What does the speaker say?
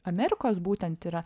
amerikos būtent yra